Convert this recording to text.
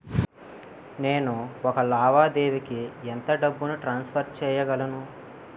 నేను ఒక లావాదేవీకి ఎంత డబ్బు ట్రాన్సఫర్ చేయగలను?